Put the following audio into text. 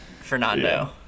fernando